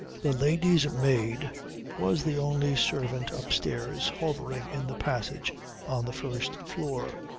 the ladies' maid was the only servant upstairs, hovering in the passage on the first floor,